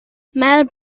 mel